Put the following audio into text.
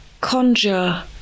conjure